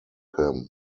him